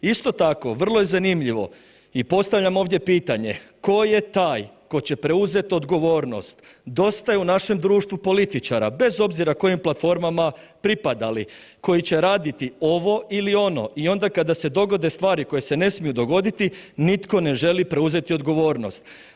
Isto tako vrlo je zanimljivo i postavljam ovdje pitanje ko je taj ko će preuzet odgovornost, dosta je u našem društvu političara bez obzira kojim platformama pripadali, koji će raditi ovo ili ono i onda kada se dogode stvari koje se ne smiju dogoditi nitko ne želi preuzeti odgovornost.